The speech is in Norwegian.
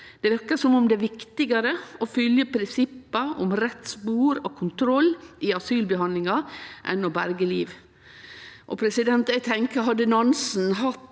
Det verkar som om det er viktigare å fylgje prinsipp om rett spor og kontroll i asylbehandlinga enn å berge liv. Eg tenkjer at hadde Nansen hatt